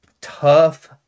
tough